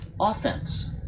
offense